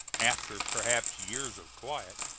after perhaps years of quiet,